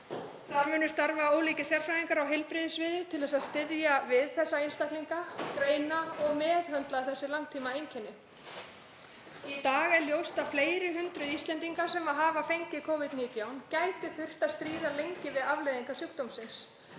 Þar munu starfa ólíkir sérfræðingar á heilbrigðissviði til að styðja við þessa einstaklinga, greina og meðhöndla þessi langtímaeinkenni. Í dag er ljóst að fleiri hundruð Íslendingar sem hafa fengið Covid-19 gæti þurft að stríða lengi við afleiðingar sjúkdómsins.